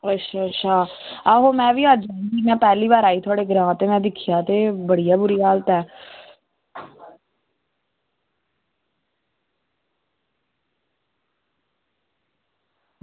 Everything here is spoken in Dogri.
आहो में बी जिंदगी च अज्ज पैह्ली बारी आई थुआढ़े ग्रां ते असें दिक्खेआ ते बड़ी बूरी हालत ऐ